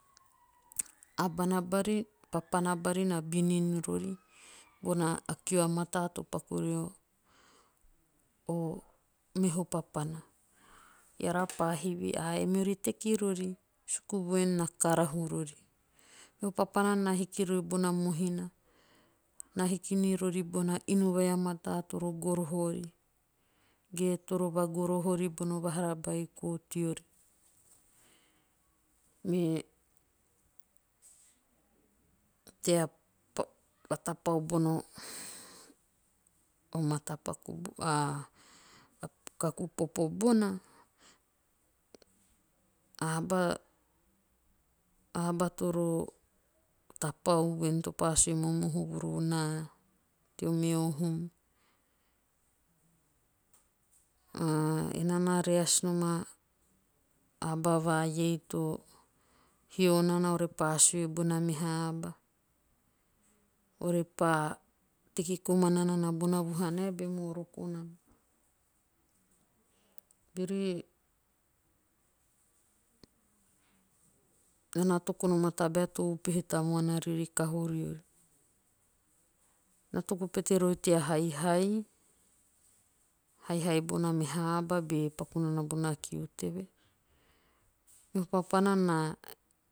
Abana bari. papana bari na binin rori bona kiu a mataa to paku rio meho papana. Eara pa hivi"aee miori teki rori?"Suku voen na karahu rori. Meho papana na hiki nirori bona mohina. na hiki ni rori bona inu vai a mataa toro goroho ori. ge toro vagoroho ori bono vahara beiko teori. Me tea va tapau bona o matapaku va kaku popo bona. a aba toro tapau voen to pa si=ue momohu vuru naa teo meho hum. Ah enoa na reas nom a aba vai ei to hio nana ore pa sue bona meha aba. ore pa teki komana nana bona vuha nae be moroko nana. Bere. Nana na toku nom a tabae to upehe tamuana riori kaho riori. Na toku pete rori tea haihai bona meha aba be paku nana bona kiu teve. Meho papana na